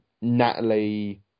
Natalie